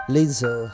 Lizzo